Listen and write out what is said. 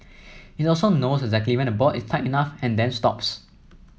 it also knows exactly when the bolt is tight enough and then stops